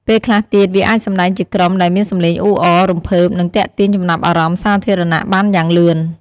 ពេលខ្លះទៀត វាអាចសម្ដែងជាក្រុមដែលមានសំឡេងអ៊ូអរ រំភើប និងទាក់ទាញចំណាប់អារម្មណ៍សាធារណៈបានយ៉ាងលឿន។